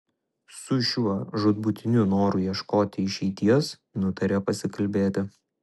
su šiuo žūtbūtiniu noru ieškoti išeities nutarė pasikalbėti